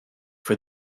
for